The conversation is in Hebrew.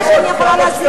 זה המסקנה שאני יכולה להסיק.